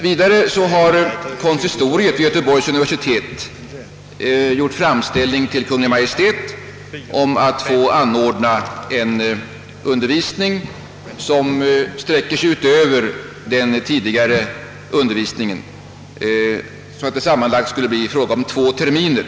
Vidare har konsistoriet vid Göteborgs universitet gjort framställning — till Kungl. Maj:t om att få anordna en undervisning som sträcker sig utöver den tidigare undervisningen, så att det sammanlagt skulle bli fråga om två terminer.